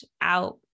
out